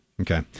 Okay